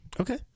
Okay